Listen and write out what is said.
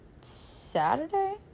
Saturday